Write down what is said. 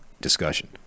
discussion